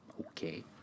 Okay